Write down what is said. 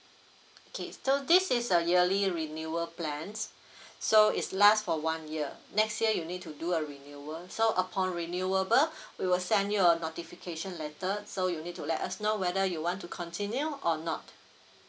okay so this is a yearly renewal plans so it's last for one year next year you need to do a renewal so upon renewable we will send you a notification letter so you'll need to let us know whether you want to continue or not